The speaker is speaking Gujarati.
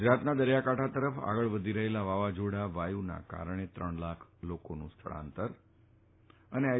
ગુજરાતના દરિયાકાંઠા તરફ આગળ વધી રહેલા વાવાઝોડા વાયુના કારણે ત્રણ લાખ લોકોનું સ્થળાંતર આઈ